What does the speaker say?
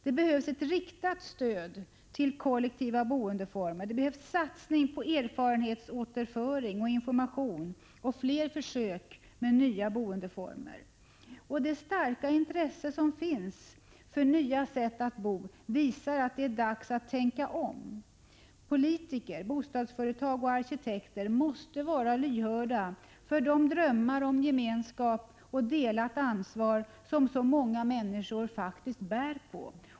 Det behövs ett riktat stöd till kollektiva boendeformer, satsningar på erfarenhetsåterföring och information och fler försök med nya boendeformer. Det starka intresse som finns för nya sätt att bo visar att det är dags att tänka om. Politiker, bostadsföretag och arkitekter måste vara lyhörda för de drömmar om gemenskap och delat ansvar som så många människor bär på.